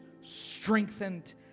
strengthened